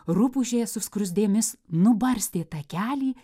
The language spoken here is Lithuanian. rupūžė su skruzdėmis nubarstė takelį